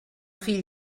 fill